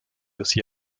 aussi